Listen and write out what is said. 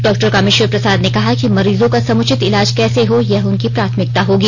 डॉ कामेश्वर प्रसाद ने कहा कि मरीजों का समुचित इलाज कैसे हो यह उनकी प्राथमिकता होगी